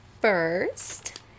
first